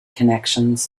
connections